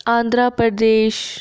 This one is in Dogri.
आंध्र प्रदेश